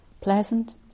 pleasant